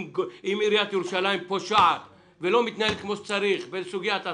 אם עיריית ירושלים פושעת ולא מתנהלת כמו שצריך בסוגיית ההסעות,